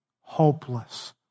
hopeless